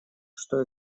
что